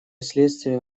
следствие